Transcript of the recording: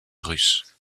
russe